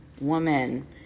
woman